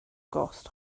gost